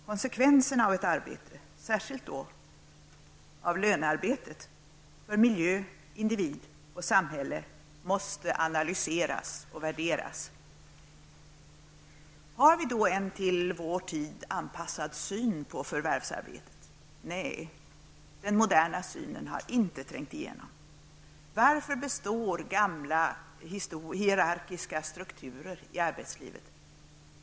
Konsekvenserna av ett arbete -- särskilt då av lönearbetet -- för miljö, individ och samhälle måste analyseras och värderas. Har vi en till vår tid anpassad syn på förvärvsarbete? Nej, den moderna synen har inte trängt igenom. Varför består gamla hierarkiska strukturer i arbetslivet?